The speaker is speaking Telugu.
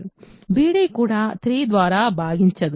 b d కూడా 3 ద్వారా భాగించబడదు